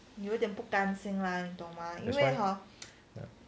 that's why